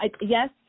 yes